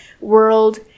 world